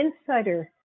insider